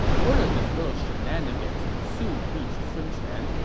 word of this little shenanigans soon reached sun quan,